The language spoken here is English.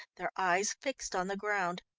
their eyes fixed on the ground.